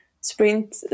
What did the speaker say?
sprint